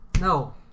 No